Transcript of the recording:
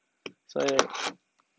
所以